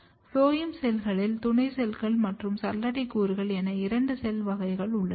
phloem செல்களில் துணை செல்கள் மற்றும் சல்லடை கூறுகள் என இரண்டு செல் வகைகள் உள்ளன